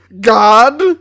God